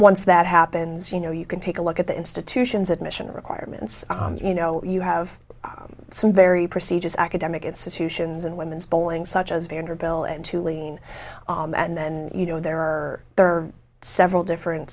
once that happens you know you can take a look at the institutions admission requirements you know you have some very prestigious academic institutions and women's bowling such as vanderbilt and to lean and then you know there are several different